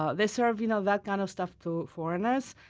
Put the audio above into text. ah they serve you know that kind of stuff to foreigners.